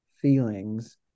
feelings